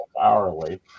hourly